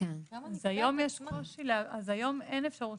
אז היום אין אפשרות